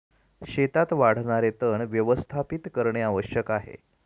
शेतात वाढणारे तण व्यवस्थापित करणे आवश्यक आहे